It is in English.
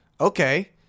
okay